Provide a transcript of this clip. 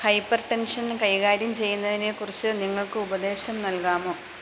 hyper tension കൈകാര്യം ചെയ്യുന്നതിനെക്കുറിച്ച് നിങ്ങൾക്ക് ഉപദേശം നൽകാമോ